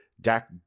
Dak